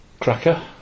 Cracker